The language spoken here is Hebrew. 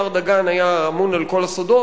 מר דגן היה אמון על כל הסודות,